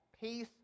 peace